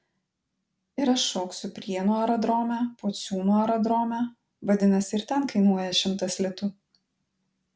ir aš šoksiu prienų aerodrome pociūnų aerodrome vadinasi ir ten kainuoja šimtas litų